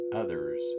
others